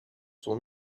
sont